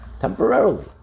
Temporarily